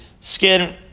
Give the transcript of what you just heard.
skin